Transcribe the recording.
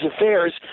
affairs